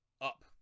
up